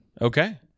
Okay